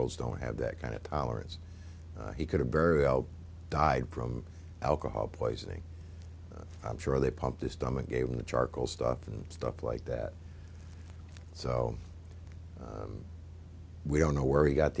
olds don't have that kind of tolerance he could have died from alcohol poisoning i'm sure they pumped this stomach gave him the charcoal stuff and stuff like that so we don't know where he got